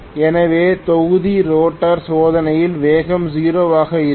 எனவே தொகுதி ரோட்டார் சோதனையில் வேகம் 0 ஆக இருக்கும்